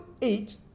eight